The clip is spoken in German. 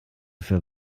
für